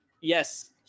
Yes